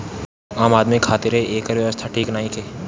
आम आदमी खातिरा एकर व्यवस्था ठीक नईखे